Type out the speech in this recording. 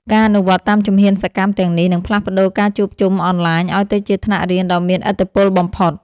ការអនុវត្តតាមជំហានសកម្មទាំងនេះ នឹងផ្លាស់ប្តូរការជួបជុំអនឡាញឱ្យទៅជាថ្នាក់រៀនដ៏មានឥទ្ធិពលបំផុត។